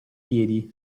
piedi